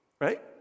Right